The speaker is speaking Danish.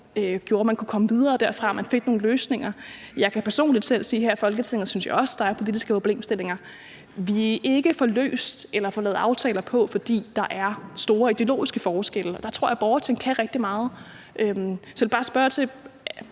gjorde, at man kunne komme videre derfra, og at man fik nogle løsninger. Jeg kan personligt selv sige, at her i Folketinget synes jeg også, at der er politiske problemstillinger, vi ikke får løst eller får lavet aftaler om, fordi der er store ideologiske forskelle. Og der tror jeg, at borgerting kan rigtig meget. Så jeg vil bare spørge: